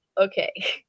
okay